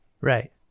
Right